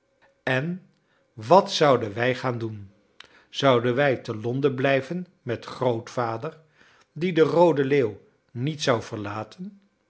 en wat zouden wij gaan doen zouden wij te londen blijven met grootvader die de roode leeuw niet zou verlaten